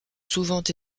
souvent